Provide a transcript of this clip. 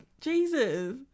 jesus